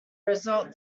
result